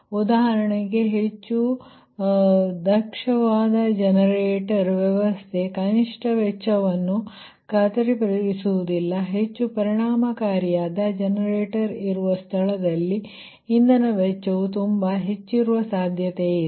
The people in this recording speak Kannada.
ಉದಾಹರಣೆಗೆ ಹೆಚ್ಚು ದಕ್ಷ ಜನರೇಟರ್ ವ್ಯವಸ್ಥೆಯು ಕನಿಷ್ಟ ವೆಚ್ಚವನ್ನು ಖಾತರಿಪಡಿಸುವುದಿಲ್ಲ ಹೆಚ್ಚು ಪರಿಣಾಮಕಾರಿಯಾದ ಜನರೇಟರ್ ಇರುವ ಸ್ಥಳದಲ್ಲಿ ಇಂಧನ ವೆಚ್ಚವು ತುಂಬಾ ಹೆಚ್ಚಿರುವ ಸಾಧ್ಯತೆ ಇದೆ